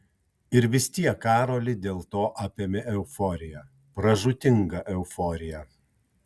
ir vis tiek karolį dėl to apėmė euforija pražūtinga euforija